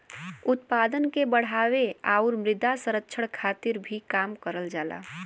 उत्पादन के बढ़ावे आउर मृदा संरक्षण खातिर भी काम करल जाला